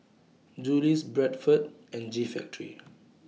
Julie's Bradford and G Factory